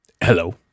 Hello